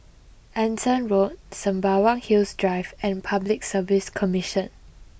Anson Road Sembawang Hills drive and public Service Commission